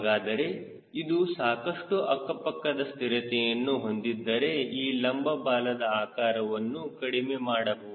ಹಾಗಾದರೆ ಇದು ಸಾಕಷ್ಟು ಅಕ್ಕ ಪಕ್ಕದ ಸ್ಥಿರತೆಯನ್ನು ಹೊಂದಿದ್ದರೆ ಈ ಲಂಬ ಬಾಲದ ಆಕಾರವನ್ನು ಕಡಿಮೆ ಮಾಡಬಹುದು